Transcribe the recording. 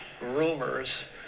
rumors